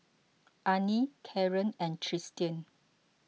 Arnie Caren and Tristian